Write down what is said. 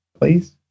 please